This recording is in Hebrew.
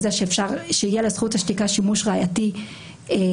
כך שיהיה לזכות השתיקה שימוש ראייתי עצמאי,